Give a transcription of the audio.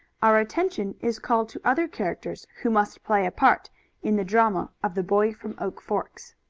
our attention is called to other characters who must play a part in the drama of the boy from oak forks.